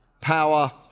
power